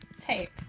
tape